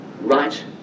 right